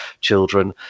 children